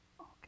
Okay